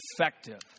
effective